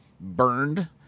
burned